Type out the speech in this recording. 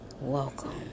welcome